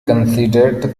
considered